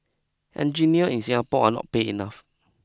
engineers in Singapore are paid enough